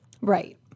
Right